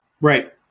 Right